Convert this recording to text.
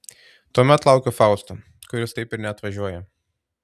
tuomet laukiu fausto kuris taip ir neatvažiuoja